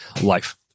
life